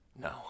No